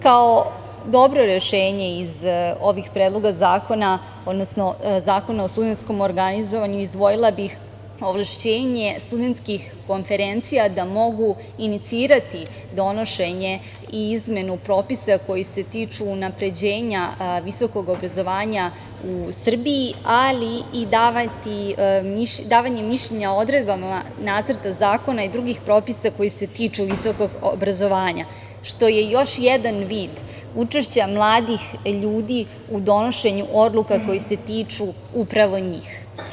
Kao dobro rešenje iz ovih predloga zakona, odnosno Predloga zakona o studentskom organizovanju, izdvojila bih ovlašćenje studentskih konferencija da mogu inicirati donošenje i izmenu propisa koji se tiču unapređenja visokog obrazovanja u Srbiji, ali i davanje mišljenja o odredbama nacrta zakona i drugih propisa koji se tiču visokog obrazovanja što je još jedan vid učešća mladih ljudi u donošenju odluka koje se tiču upravo njih.